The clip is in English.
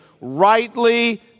rightly